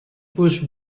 push